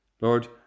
Lord